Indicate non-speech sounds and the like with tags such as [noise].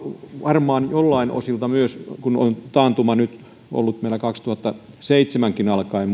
varmaan joiltain osilta myös nyt kun on taantuma ollut meillä kaksituhattaseitsemän alkaen [unintelligible]